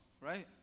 right